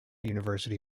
university